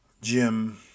gym